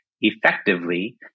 effectively